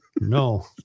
No